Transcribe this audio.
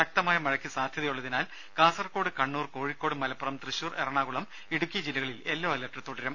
ശക്തമായ മഴക്കു സാധ്യതയുള്ളതിനാൽ കാസർകോട് കണ്ണൂർ കോഴിക്കോട് മലപ്പുറം തൃശൂർ എറണാകുളം ഇടുക്കി ജില്ലകളിൽ യെല്ലോ അലർട്ട് തുടരും